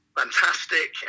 fantastic